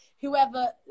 whoever